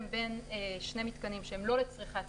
בין שני מיתקנים שהם לא לצריכה עצמית,